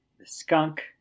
skunk